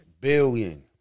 billion